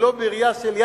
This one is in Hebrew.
ולא בראייה של,